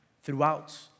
throughout